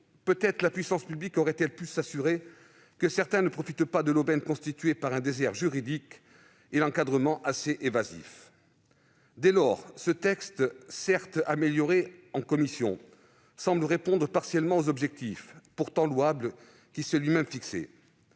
condition, la puissance publique aurait peut-être pu s'assurer que certains ne profitaient pas de l'aubaine constituée par un désert juridique et un encadrement assez évasif. Dès lors, ce texte, certes amélioré en commission, semble répondre partiellement aux objectifs, pourtant louables, que ses auteurs